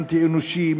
אנטי-אנושי,